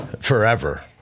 forever